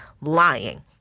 lying